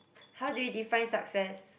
how do you define success